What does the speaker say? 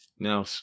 Now